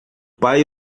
pai